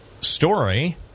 story